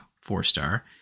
four-star